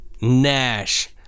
Nash